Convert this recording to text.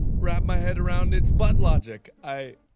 wrap my head around its butt logic. i.